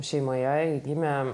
šeimoje gimę